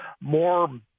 more